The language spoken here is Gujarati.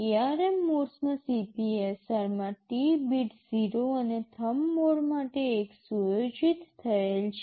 ARM મોડમાં CPSR માં T બીટ 0 અને થમ્બ મોડ માટે ૧ સુયોજિત થયેલ છે